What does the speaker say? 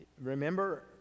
Remember